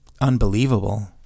unbelievable